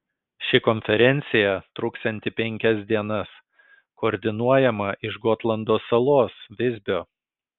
ši konferencija truksianti penkias dienas koordinuojama iš gotlando salos visbio